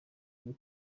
kuri